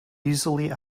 easily